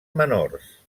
menors